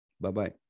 Bye-bye